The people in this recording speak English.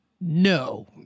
no